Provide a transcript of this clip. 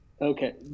okay